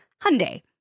Hyundai